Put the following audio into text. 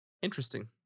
Interesting